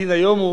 הדין היום הוא